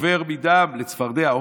עובר מדם לצפרדע,